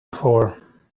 for